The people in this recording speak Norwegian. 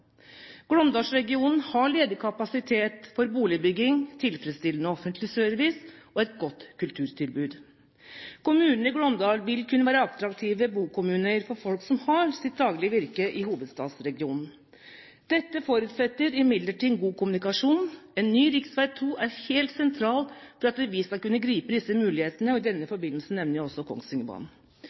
Glåmdalsregionen har ledig kapasitet for boligbygging, tilfredsstillende offentlig service og et godt kulturtilbud. Kommunene i Glåmdalen vil kunne være attraktive bokommuner for folk som har sitt daglige virke i hovedstadsregionen. Dette forutsetter imidlertid en god kommunikasjon. En ny rv. 2 er helt sentral for at vi skal kunne gripe disse mulighetene. I denne forbindelsen nevner jeg også